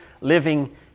living